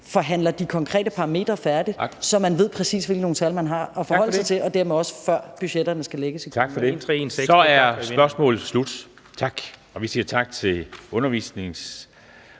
forhandler de konkrete parametre færdig, så man ved, præcis hvilke nogle tal man har at forholde sig til, og dermed også før budgetterne skal lægges i kommunerne. Kl. 14:27 Formanden